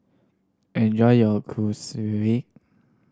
enjoy your